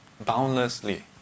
boundlessly